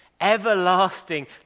Everlasting